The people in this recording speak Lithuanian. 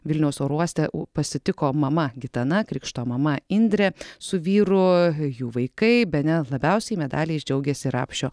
vilniaus oro uoste u pasitiko mama gitana krikšto mama indrė su vyru jų vaikai bene labiausiai medaliais džiaugėsi rapšio